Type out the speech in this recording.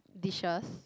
dishes